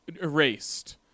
erased